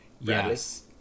Yes